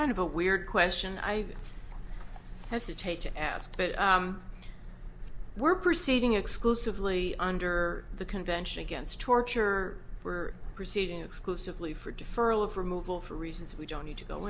kind of a weird question i hesitate to ask but we're proceeding exclusively under the convention against torture we're proceeding exclusively for deferral of removal for reasons we don't need to go